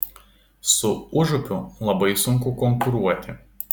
su užupiu labai sunku konkuruoti